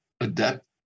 adapt